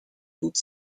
toute